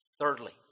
Thirdly